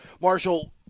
Marshall